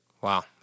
Wow